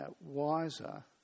wiser